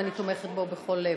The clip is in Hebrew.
ואני תומכת בו בכל לב.